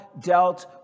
dealt